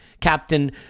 captain